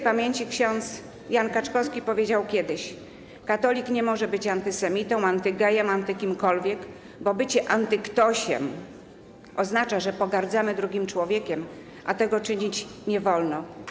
Śp. ks. Jan Kaczkowski powiedział kiedyś: „Katolik nie może być antysemitą, antygejem, antykimkolwiek, bo bycie 'antyktosiem' oznacza, że pogardzamy drugim człowiekiem, a tego czynić nie wolno”